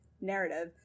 narrative